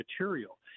material